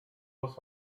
was